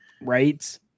Right